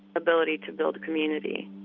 ability to build a community